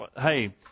hey